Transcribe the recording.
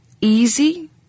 easy